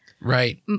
Right